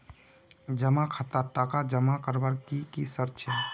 जमा खातात टका जमा करवार की की शर्त छे?